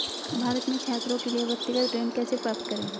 भारत में छात्रों के लिए व्यक्तिगत ऋण कैसे प्राप्त करें?